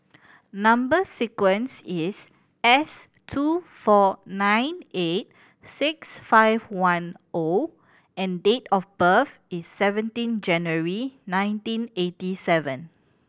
number sequence is S two four nine eight six five one O and date of birth is seventeen January nineteen eighty seven